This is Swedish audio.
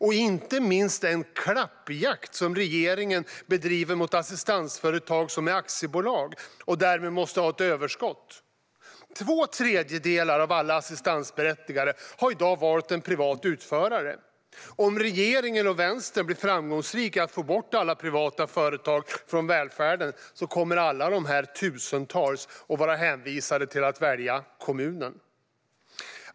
Inte minst tänker jag på den klappjakt som regeringen bedriver på assistansföretag som är aktiebolag och som därmed måste ha ett överskott. Två tredjedelar av alla assistansberättigade har i dag valt en privat utförare. Om regeringen och Vänstern blir framgångsrika i att få bort alla privata företag från välfärden kommer alla dessa tusentals personer vara hänvisade till att välja kommunen.